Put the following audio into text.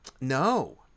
No